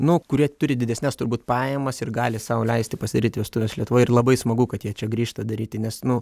nu kurie turi didesnes turbūt pajamas ir gali sau leisti pasidaryt vestuves lietuvoj ir labai smagu kad jie čia grįžta daryti nes nu